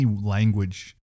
language